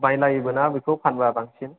बायलायोबो ना बेखौ फानब्ला बांसिन